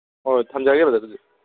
ꯍꯣꯏ ꯊꯝꯖꯔꯒꯦ ꯕ꯭ꯔꯗꯔ ꯑꯗꯨꯗꯤ